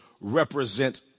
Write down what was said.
represent